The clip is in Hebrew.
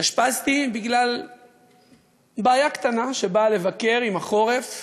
התאשפזתי בגלל בעיה קטנה, שבאה לבקר עם החורף